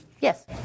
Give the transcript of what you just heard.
Yes